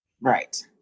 Right